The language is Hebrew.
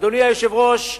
אדוני היושב-ראש,